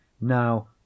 Now